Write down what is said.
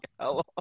hello